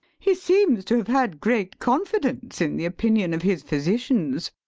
he seems to have had great confidence in the opinion of his physicians.